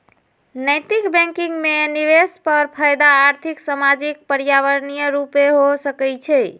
नैतिक बैंकिंग में निवेश पर फयदा आर्थिक, सामाजिक, पर्यावरणीय रूपे हो सकइ छै